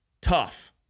tough